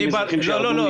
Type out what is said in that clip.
הם אזרחים שירדו --- לא, לא.